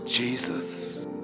Jesus